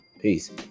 Peace